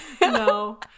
No